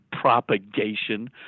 propagation